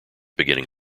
beginning